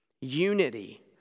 unity